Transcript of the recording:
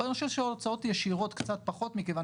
נושא של הוצאות ישירות קצת פחות מכיוון